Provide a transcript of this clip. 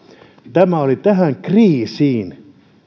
tämä on tähän kriisiin